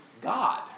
God